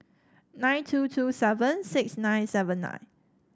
nine two two seven six nine seven nine